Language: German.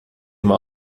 mal